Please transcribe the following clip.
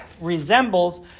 resembles